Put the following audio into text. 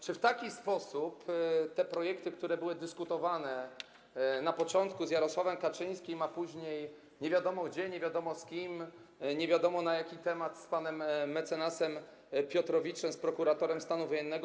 Czy w taki sposób te projekty, które były dyskutowane na początku z Jarosławem Kaczyńskim, a później - nie wiadomo gdzie, nie wiadomo z kim, nie wiadomo, na jaki temat - z panem mecenasem Piotrowiczem, z prokuratorem stanu wojennego.